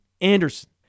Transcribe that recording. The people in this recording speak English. Anderson